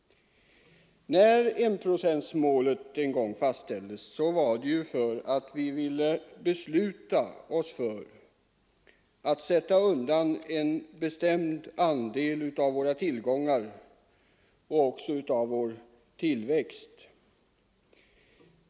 När enprocentsmålet en gång fastställdes, var det för att vi ville besluta oss för att sätta undan en bestämd andel av våra tillgångar och även av vår tillväxt.